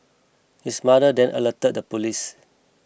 his mother then alerted the police